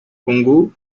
congo